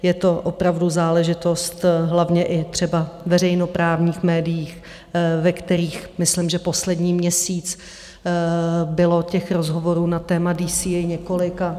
Je to opravdu záležitost hlavně i třeba veřejnoprávních médií, ve kterých myslím , že poslední měsíc bylo těch rozhovorů na téma DCA několik.